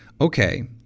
Okay